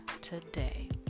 today